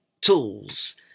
Tools